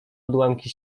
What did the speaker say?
odłamki